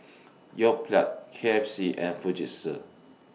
Yoplait K F C and Fujitsu